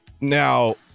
Now